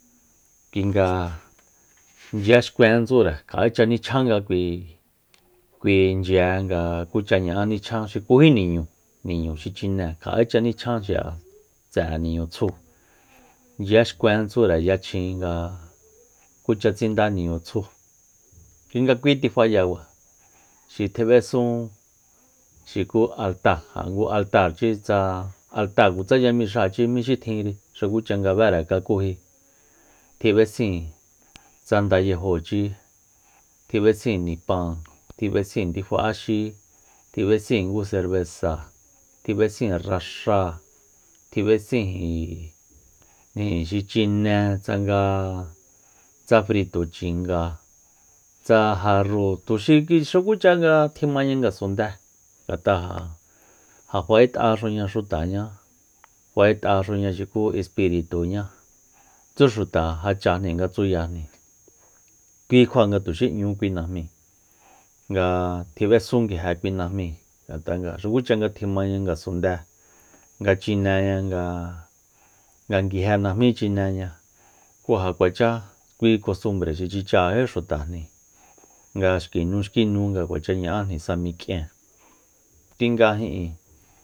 Kui nga nchyeé xkuen tsure kja'echa nichjannga kui chyee nga kucha ñaán nichjan xukúji niñu xi chine kja'echa nichjan xi'a tse'e niñu tsjúu nchyee xkuen tsure yachjin nga kucha tsinda niñu tsjuu kui nga kui tifayakua xi tjib'esun xuku altáa ja ngu altáachi tsa altáa ja tsa yamexáachi xi tjinri xukucha nga béere takúji tji b'esin tsa ndayajochi tjib'esíin nipáan tjib'esin ndifa axi tjib'esin ngu serbesa tjib'esin raxáa tjib'esinji xi chine tsanga tsa frito chinga tsa jarru tuxi kisakuri xukucha tjimaña ngasundée ngat'a ja fa'et'axuña xutaña fa'et'axuña xuku espirituñá tsú xuta jachajni nga tsuyajni ki kjua nga tuxi n'ñu kui najmi nga tjib'esun nga nguje kui najmíi ngata nga xukucha nga tjimaña ngasundée nga chineña nga- nga nguije najmí chineña kú ja kuacha kui kostumbre xi tsichajají xutajni nga xki nu xki nu nga kuacha ña'ajni samik'ien kui nga ijin